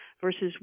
versus